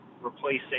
replacing